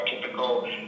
typical